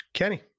Kenny